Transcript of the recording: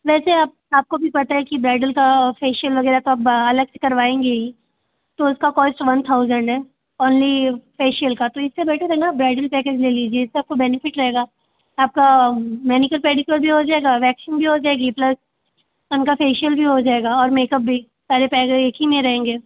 वैसे आप आपको भी पता है कि ब्राइडल का फेशियल वग़ैरह का अलग करवाएँगे ही तो इसका कॉस्ट वन थाउज़ंड है ओनली फेशियल का तो इससे बैटर है ना ब्राइडल पैकेज ले लीजिए इससे आपको बेनीफ़िट रहेगा आपका मैनीक्योर पेडीक्योर भी हो जाएगा वैक्सिंग भी हो जाएगी प्लस उनका फेशियल भी हो जाएगा और मेकअप भी सारे फ़ायदे एक ही में रहेंगे